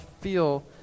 feel